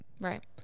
Right